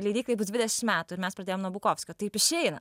leidyklai bus dvidešim metų ir mes pradėjom nuo bukovskio taip išeina